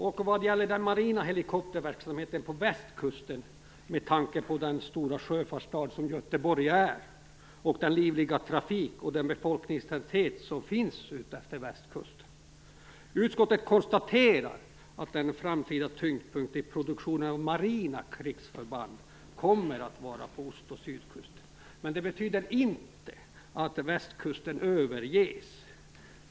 Det har gällt framtiden för den marina helikopterverksamheten på västkusten, med tanke på den stora sjöfartsstad som Göteborg är och den livliga trafik och den befolkningstäthet som finns på västkusten. Utskottet konstaterar att tyngdpunkten i produktionen av marina krigsförband i framtiden kommer att ligga på ost och sydkusten. Men det betyder inte att västkusten överges.